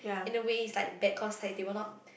in a way is like bad cause like they will not